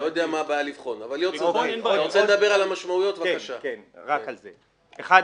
מדבר לפרוטוקול,